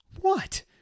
What